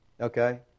Okay